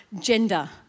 gender